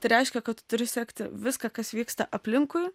tai reiškia kad tu turi sekti viską kas vyksta aplinkui